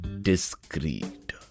discreet